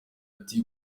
ati